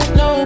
no